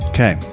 Okay